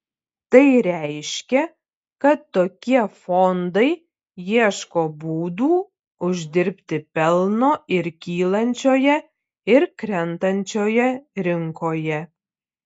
tai reiškia kad tokie fondai ieško būdų uždirbti pelno ir kylančioje ir krentančioje rinkoje